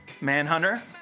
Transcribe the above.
Manhunter